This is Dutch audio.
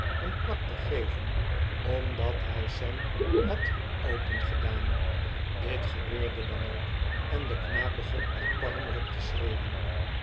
een klap te geven omdat hij sam had opengedaan dit gebeurde dan ook en de knaap begon erbarmelijk te schreeuwen